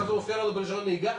אז זה מופיע לנו ברישיון נהיגה?